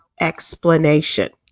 explanation